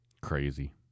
crazy